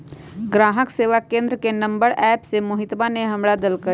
ग्राहक सेवा केंद्र के नंबर एप्प से मोहितवा ने हमरा देल कई